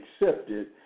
accepted